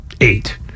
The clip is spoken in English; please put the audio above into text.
eight